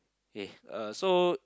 eh uh so